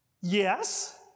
Yes